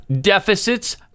deficits